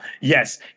Yes